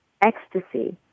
ecstasy